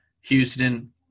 Houston